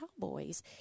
cowboys